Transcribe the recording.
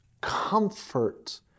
comfort